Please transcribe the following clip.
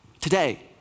Today